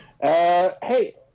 Hey